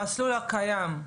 המסלול הקיים,